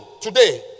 today